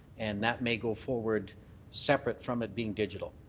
and that may go forward separate from it being digital?